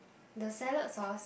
the salad sauce